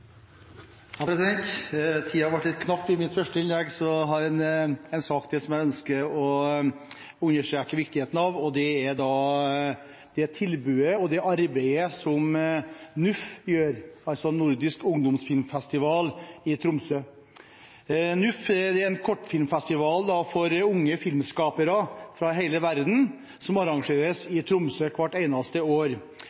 litt knapp i mitt første innlegg, og jeg har en sak til som jeg ønsker å understreke viktigheten av. Det er det tilbudet og det arbeidet som NUFF, Nordisk ungdomsfilmfestival, som holder til i Tromsø, gjør. NUFF er en kortfilmfestival for unge filmskapere fra hele verden som arrangeres i Tromsø hvert eneste år.